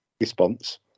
response